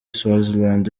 swaziland